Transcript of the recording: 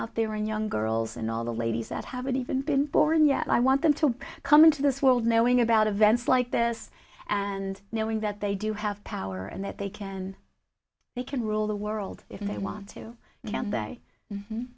out there and young girls and all the ladies that haven't even been born yet i want them to come into this world knowing about events like this and knowing that they do have power and that they can they can rule the world if they want to